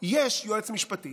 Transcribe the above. יש יועץ משפטי